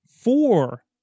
four